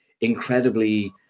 incredibly